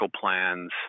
plans